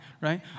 right